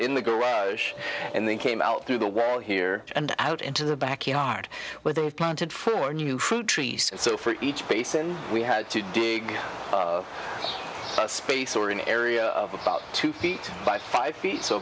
in the garage and then came out through the well here and out into the back yard where they have planted four new fruit trees so for each basin we had to dig a space or an area of about two feet by five feet so